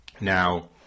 Now